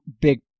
big